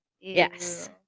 Yes